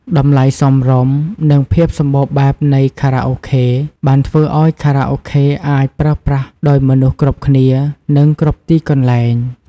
តម្លៃសមរម្យ និងភាពសម្បូរបែបនៃខារ៉ាអូខេ បានធ្វើឱ្យខារ៉ាអូខេអាចប្រើប្រាស់ដោយមនុស្សគ្រប់គ្នា និងគ្រប់ទីកន្លែង។